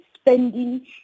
spending